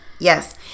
Yes